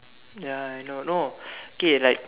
ya I know no okay like